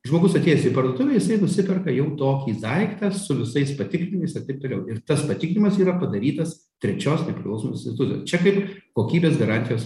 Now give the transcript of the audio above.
žmogus atėjęs į parduotuvę jisai nusiperka jau tokį daiktą su visais patikrinimais ir taip toliau ir tas patikrinimas yra padarytas trečios nepriklausomos institucijos čia kaip kokybės garantijos